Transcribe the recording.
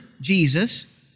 Jesus